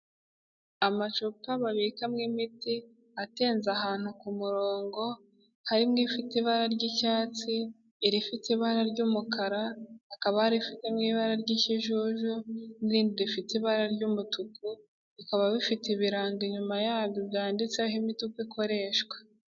Amacupa babikamo imiti, atenze ahantu ku murongo, harimo irifite ibara ry'icyatsi, irifite ibara ry'umukara, akaba hari irifite n'ibara ry'ikijuju n'irindi rifite ibara ry'umutuku, bikaba bifite ibiranga inyuma yabyo byanditseho imitu uko ikoreshwa.